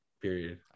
Period